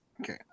Okay